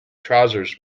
trousers